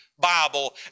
Bible